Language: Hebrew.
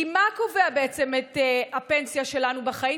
כי מה קובע בעצם את הפנסיה שלנו בחיים?